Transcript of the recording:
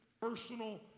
personal